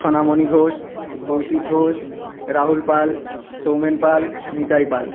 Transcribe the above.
Sonamoni Ghosh Kaushik Ghosh Rahul Pal Soumen Pal Nitai Pal